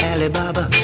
Alibaba